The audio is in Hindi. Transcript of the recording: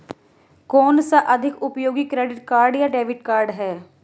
कौनसा अधिक उपयोगी क्रेडिट कार्ड या डेबिट कार्ड है?